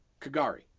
kagari